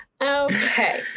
Okay